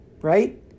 right